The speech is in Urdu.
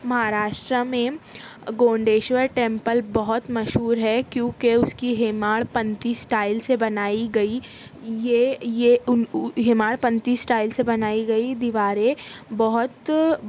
مہاراشٹرا میں گونڈیشور ٹیمپل بہت مشہور ہے کیونکہ اس کی ہماڑ پنتھی اسٹائل سے بنائی گئی یہ یہ ان ہماڑ پنتھی سٹائل سے بنائی گئی دیواریں بہت